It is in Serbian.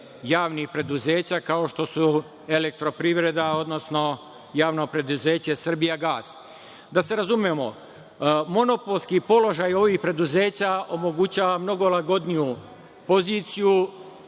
javnih preduzeća kao što su „Elektroprivreda!, odnosno Javno preduzeće „Srbijagas“.Da se razumemo, monopolski položaj ovih preduzeća omogućava mnogo lagodniju poziciju